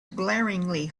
glaringly